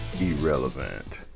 irrelevant